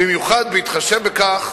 במיוחד בהתחשב בכך